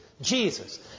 Jesus